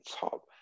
top